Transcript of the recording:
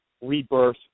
rebirth